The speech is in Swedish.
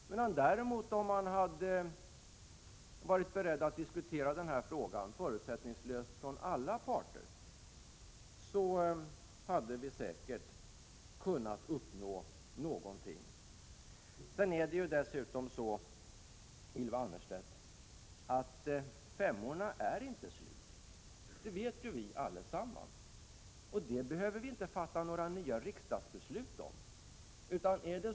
Om alla parter däremot hade varit beredda att diskutera den här frågan förutsättningslöst, hade vi säkert kunnat uppnå någonting. Dessutom, Ylva Annerstedt, är inte femmorna slut. Det vet vi ju allesammans, och det behöver vi inte fatta några nya riksdagsbeslut om.